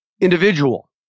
individual